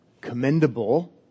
Commendable